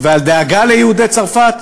ועל דאגה ליהודי צרפת?